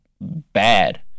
bad